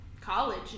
college